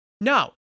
No